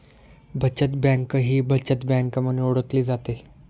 बचत बँक ही बचत बँक म्हणून ओळखली जाते